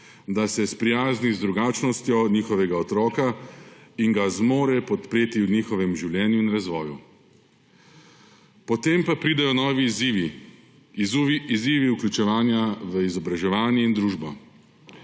da se sprijazni z drugačnostjo njihovega otroka in ga zmore podpreti v njihovem življenju in razvoju. Potem pa pridejo novi izzivi, izzivi vključevanja v izobraževanje in družbo.